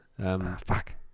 Fuck